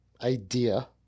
idea